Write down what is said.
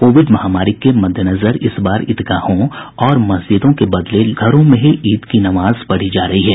Covid महामारी के मददेनजर इस बार ईदगाहों और मस्जिदों के बदले घरों में ही ईद की नमाज पढ़ी जा रही है